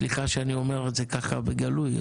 סליחה שאני אומר את זה ככה בגלוי.